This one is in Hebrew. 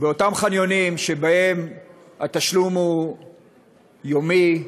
אותם חניונים שבהם התשלום הוא יומי,